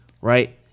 right